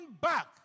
back